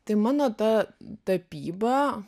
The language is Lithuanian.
tai mano tatapyba